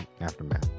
Aftermath